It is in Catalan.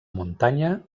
muntanya